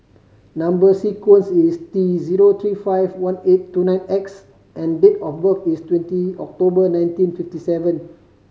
number sequence is T zero three five one eight two nine X and date of birth is twenty October nineteen fifty seven